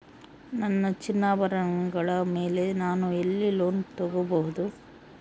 ನನ್ನ ಚಿನ್ನಾಭರಣಗಳ ಮೇಲೆ ನಾನು ಎಲ್ಲಿ ಲೋನ್ ತೊಗೊಬಹುದು?